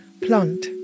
plant